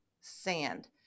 sand